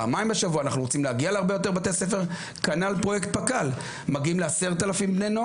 ואת זה אנחנו צריכים לטפח ולעודד.